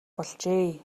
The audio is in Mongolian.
болжээ